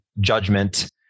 judgment